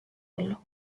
olla